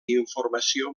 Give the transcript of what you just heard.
informació